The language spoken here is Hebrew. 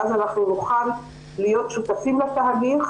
ואז אנחנו נוכל להיות שותפים לתהליך,